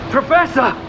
Professor